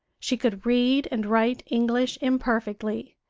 she could read and write english imperfectly,